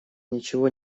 ничего